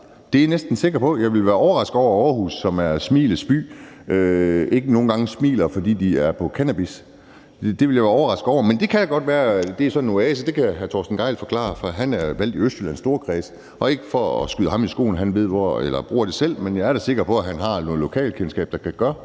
Det er jeg næsten sikker på. Jeg ville være overrasket, hvis Aarhus, som er smilets by, ikke nogle gange smiler, fordi de er på cannabis. Det ville jeg være overrasket over. Men det kan godt være. Det er sådan en oase. Det kan hr. Torsten Gejl forklare, for han er valgt i Østjyllands storkreds. Og ikke for at skyde ham i skoene, at han bruger det selv, men jeg er da sikker på, at han har noget lokalkendskab, der kan gøre,